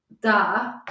da